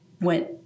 went